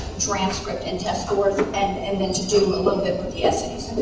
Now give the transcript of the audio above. transcript and test scores and and then to do a little bit with the essays